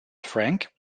frank